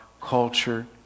culture